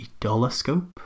Idoloscope